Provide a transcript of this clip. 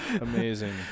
Amazing